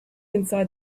inside